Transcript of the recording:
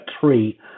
three